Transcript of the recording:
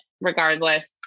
Regardless